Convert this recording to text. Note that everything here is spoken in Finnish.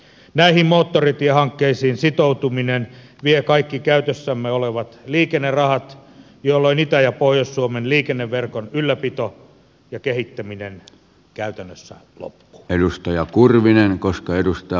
näihin moottoritiehankkeisiin sitoutuminen vie kaikki käytössämme olevat liikennerahat jolloin itä ja pohjois suomen liikenneverkon ylläpito ja kehittäminen käytännössä loppuvat